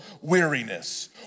weariness